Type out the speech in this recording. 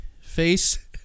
face